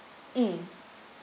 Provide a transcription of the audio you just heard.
mm